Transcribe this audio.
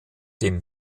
dem